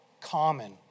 common